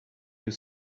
you